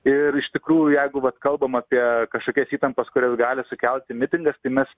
ir iš tikrųjų jeigu vat kalbam apie kašokias įtampas kurias gali sukelti mitingas tai mes